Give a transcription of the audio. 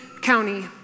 County